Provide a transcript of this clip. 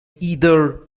either